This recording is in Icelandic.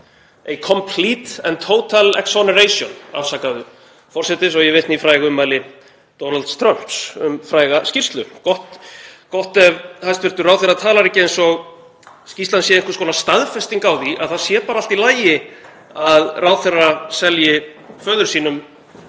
„a complete and total exoneration“ — afsakið, forseti — svo ég vitni í fræg ummæli Donalds Trumps um fræga skýrslu. Gott ef hæstv. ráðherra talar ekki eins og skýrslan sé einhvers konar staðfesting á því að það sé bara allt í lagi að ráðherra selji föður sínum